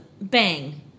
bang